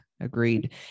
Agreed